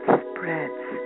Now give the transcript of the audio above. spreads